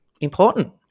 important